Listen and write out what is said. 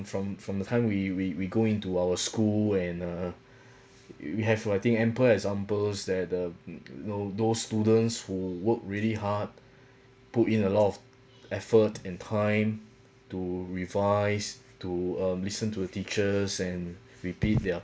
from from the time we we we go into our school and uh we have I think ample examples that um no no students who work really hard put in a lot of effort and time to revise to um listen to the teachers and repeat their